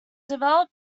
developed